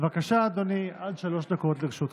בבקשה, אדוני, עד שלוש דקות לרשותך.